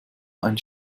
ein